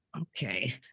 Okay